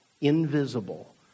invisible